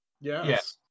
Yes